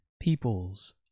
peoples